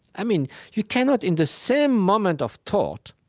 i mean you cannot, in the same moment of thought,